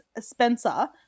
Spencer